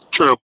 True